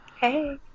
Hey